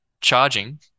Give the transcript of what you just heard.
charging